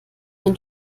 ein